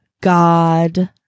God